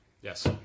Yes